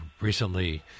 recently